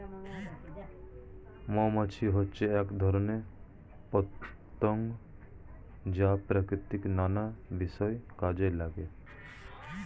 মৌমাছি হচ্ছে এক ধরনের পতঙ্গ যা প্রকৃতির নানা বিষয়ে কাজে লাগে